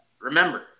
Remember